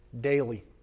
Daily